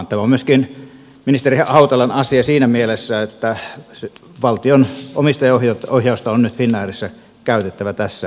tämä on myöskin ministeri hautalan asia siinä mielessä että valtion omistajaohjausta on nyt finnairissa käytettävä tässä asiassa